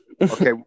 Okay